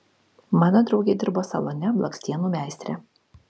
mano draugė dirbo salone blakstienų meistre